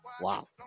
wow